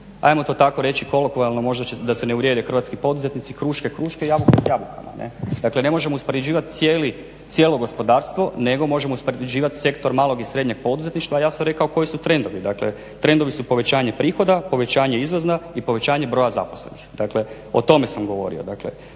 ajmo to tako reći kolokvijalno možda da se ne uvrijedi hrvatski poduzetnici kruške-kruške, jabuke s jabukama. Dakle, ne možemo uspoređivati cijelo gospodarstvo nego možemo uspoređivati sektor malog i srednjeg poduzetništva, a ja sam rekao koji su trendovi. Dakle, trendovi su povećanje prihoda, povećanje izvoza i povećanje broja zaposlenih. Dakle, o tome sam govorio.